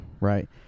Right